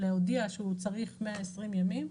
להודיע שהוא צריך 120 ימים,